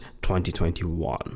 2021